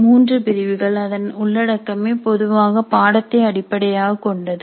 மூன்று பிரிவுகள் அதன் உள்ளடக்கமே பொதுவாக பாடத்தை அடிப்படையாகக் கொண்டது